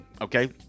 Okay